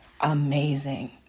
amazing